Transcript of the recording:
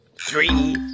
three